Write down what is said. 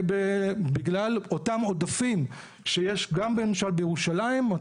בגלל אותם עודפים שיש גם למשל בירושלים,